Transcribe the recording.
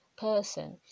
person